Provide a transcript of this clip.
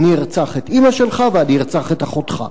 אני ארצח את אמא שלך ואני ארצח את אחותך.